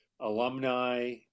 alumni